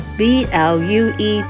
blue